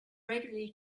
regularly